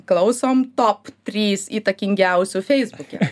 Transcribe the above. klausom top trys įtakingiausių feisbuke